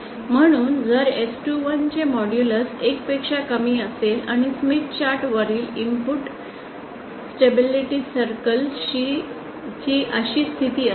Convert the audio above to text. म्हणून जर S21 चे मॉड्यूलस 1 पेक्षा कमी असेल आणि स्मिथ चार्ट वरील इनपुट स्टेबिलिटी सर्कल ची अशी स्थिती असेल